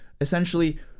Essentially